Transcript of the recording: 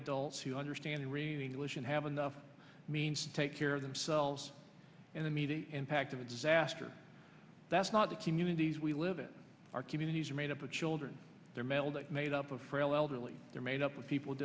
adults who understand in relation have enough means to take care of themselves and the media impact of a disaster that's not the communities we live in our communities are made up of children they're male that made up of frail elderly they're made up of people